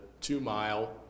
two-mile